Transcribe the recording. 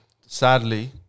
sadly